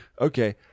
Okay